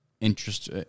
interest